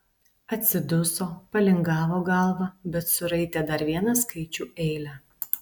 atsiduso palingavo galvą bet suraitė dar vieną skaičių eilę